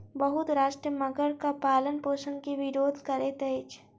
बहुत राष्ट्र मगरक पालनपोषण के विरोध करैत अछि